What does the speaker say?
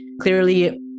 clearly